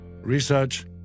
research